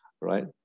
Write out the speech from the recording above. right